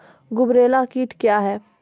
गुबरैला कीट क्या हैं?